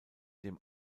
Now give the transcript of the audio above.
dem